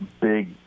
big